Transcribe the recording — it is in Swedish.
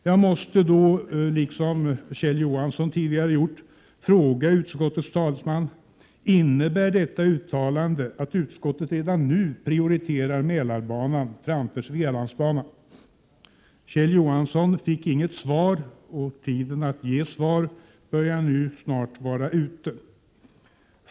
Jag måste då, liksom Kjell Johansson tidigare gjort, fråga utskottets talesman: Innebär detta uttalande att utskottet redan nu prioriterar Mälarbanan framför Svealandsbanan? Kjell Johansson fick inget svar på sin fråga, och tiden att lämna svar har snart utgått.